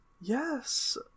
Yes